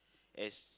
as